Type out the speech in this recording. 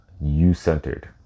you-centered